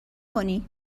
کنی